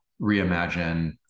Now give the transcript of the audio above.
reimagine